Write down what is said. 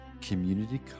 Community